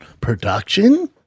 production